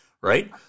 right